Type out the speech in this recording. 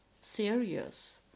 serious